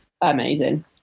amazing